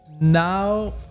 now